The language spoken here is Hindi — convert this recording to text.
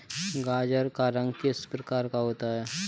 गाजर का रंग किस प्रकार का होता है?